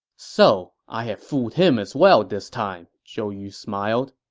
so i've fooled him as well this time, zhou yu smiled